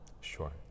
Sure